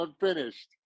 unfinished